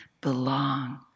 belong